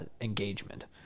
engagement